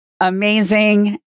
amazing